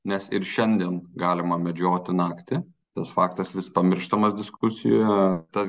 nes ir šiandien galima medžioti naktį tas faktas vis pamirštamas diskusijoje tas